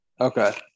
okay